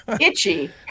Itchy